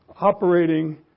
operating